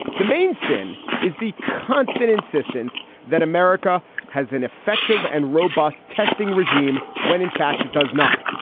the main sin is the constant insistence that america has an effective and robust testing regime, when in fact it does not.